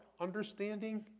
understanding